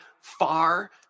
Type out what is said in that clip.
far